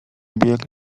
bieg